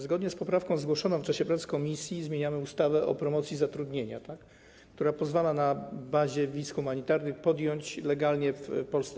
Zgodnie z poprawką zgłoszoną w czasie prac komisji zmieniamy ustawę o promocji zatrudnienia, która pozwala na bazie wiz humanitarnych podjąć legalnie pracę w Polsce.